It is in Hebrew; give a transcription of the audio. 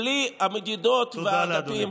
בלי המדידות והאגפים, תודה לאדוני.